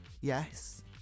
yes